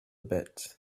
bit